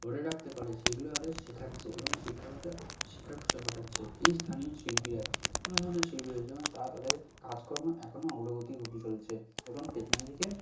ধরে রাখতে পারে সেগুলো আগে শেখাছে এবং শিক্ষাগত শিক্ষার প্রসার ঘটাচ্ছে এই স্থানীয় শিল্পীরা নানা ধরনের শিল্পীরা রয়েছে যেমন তারা তাদের কাজকর্মে এখনো অগ্রগতি ঘটিয়ে চলছে এবং টেকনোলজিকে